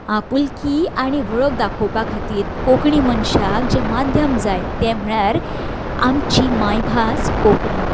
आपुलकी आनी वळक दाखोवपाक खातीर कोंकणी मनशाक जे माध्यम जाय तें म्हणल्यार आमची मांयभास कोंकणी